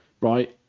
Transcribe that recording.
Right